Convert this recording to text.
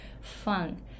fun